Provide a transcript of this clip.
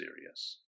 serious